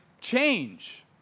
change